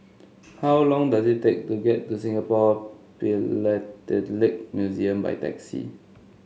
how long does it take to get to Singapore Philatelic Museum by taxi